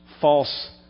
false